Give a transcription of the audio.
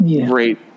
Great